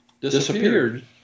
disappeared